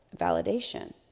validation